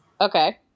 okay